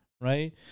right